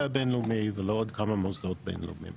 הבין-לאומית ולעוד כמה מוסדות בין-לאומיים